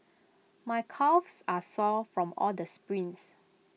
my calves are sore from all the sprints